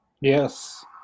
Yes